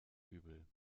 übel